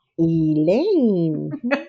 Elaine